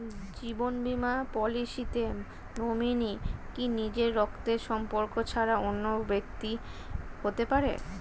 জীবন বীমা পলিসিতে নমিনি কি নিজের রক্তের সম্পর্ক ছাড়া অন্য ব্যক্তি হতে পারে?